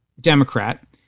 Democrat